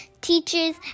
teachers